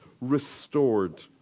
restored